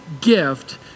gift